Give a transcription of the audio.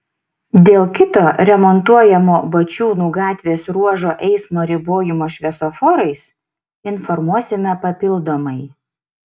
dėl kito remontuojamo bačiūnų gatvės ruožo eismo ribojimo šviesoforais informuosime papildomai